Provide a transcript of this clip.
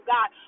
God